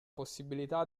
possibilità